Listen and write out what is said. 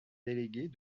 délégués